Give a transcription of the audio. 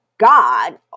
god